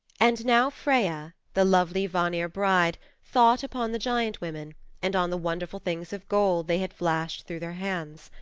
and now freya, the lovely vanir bride, thought upon the giant women and on the wonderful things of gold they had flashed through their hands.